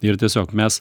ir tiesiog mes